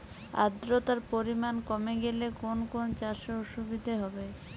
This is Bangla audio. আদ্রতার পরিমাণ কমে গেলে কোন কোন চাষে অসুবিধে হবে?